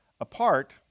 apart